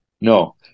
No